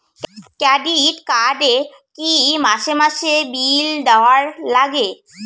Credit card এ কি মাসে মাসে বিল দেওয়ার লাগে?